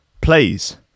please